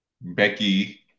Becky